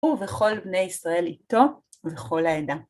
ובכל בני ישראל איתו ובכל העדה.